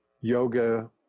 Yoga